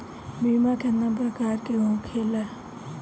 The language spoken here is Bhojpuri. बीमा केतना प्रकार के होखे ला?